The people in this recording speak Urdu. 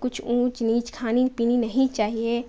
کچھ اونچ نیچ کھانی پینی نہیں چاہیے